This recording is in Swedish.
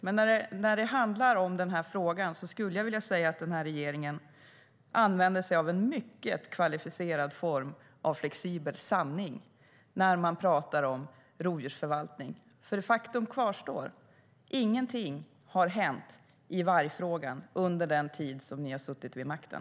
Men i den här frågan skulle jag vilja säga att regeringen använder en mycket kvalificerad form av flexibel sanning när man talar om rovdjursförvaltning. Faktum kvarstår: Ingenting har hänt i vargfrågan under den tid ni har suttit vid makten.